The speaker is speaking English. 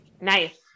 Nice